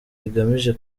rigamije